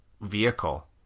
vehicle